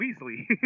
Weasley